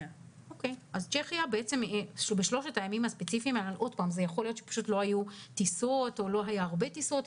יכול להיות שפשוט לא היו טיסות או לא היו הרבה טיסות.